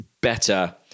better